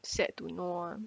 sad to know lah